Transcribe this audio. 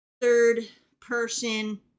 third-person